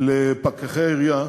לפקחי העירייה